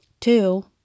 Two